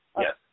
yes